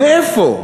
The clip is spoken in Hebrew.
מאיפה?